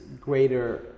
greater